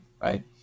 right